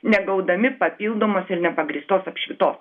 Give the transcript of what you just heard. negaudami papildomos ir nepagrįstos apšvitos